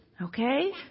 okay